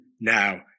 now